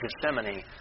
Gethsemane